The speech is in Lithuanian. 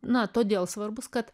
na todėl svarbus kad